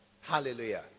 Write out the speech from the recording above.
Hallelujah